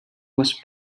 was